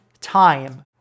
time